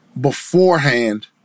beforehand